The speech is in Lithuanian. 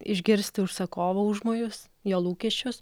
išgirsti užsakovo užmojus jo lūkesčius